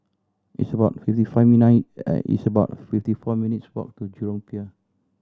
it's about fifty it's about fifty four minutes' walk to Jurong Pier